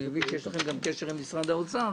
אני מבין שיש לכם גם קשר עם משרד האוצר,